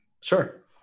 Sure